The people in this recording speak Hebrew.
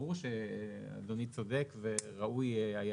ברור שכבוד יושב הראש צודק וראוי היה